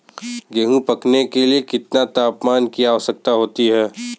गेहूँ पकने के लिए कितने तापमान की आवश्यकता होती है?